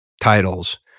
titles